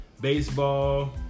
baseball